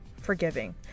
forgiving